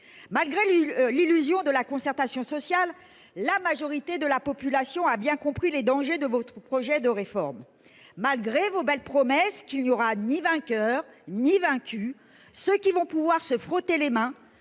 Malgré l'illusion de la concertation sociale, la majorité de la population a bien compris les dangers de votre projet de réforme des retraites. Malgré vos belles promesses qu'il n'y aura ni vainqueurs ni vaincus, ceux qui vont pouvoir se frotter les mains